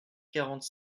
quarante